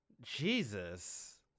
jesus